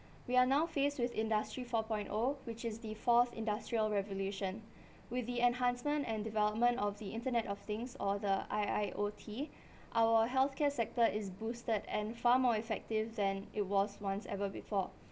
we are now faced with industry four point O which is the fourth industrial revolution with the enhancement and development of the internet of things or the I_I_O_T our healthcare sector is boosted and far more effective than it was once ever before